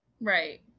Right